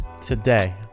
today